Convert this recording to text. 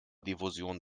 diffusion